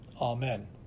Amen